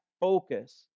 focus